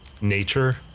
nature